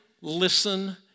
listen